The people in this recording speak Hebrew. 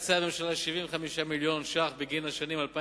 תקצה הממשלה 75 מיליון ש"ח בגין השנים 2009